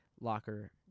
locker